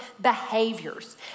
behaviors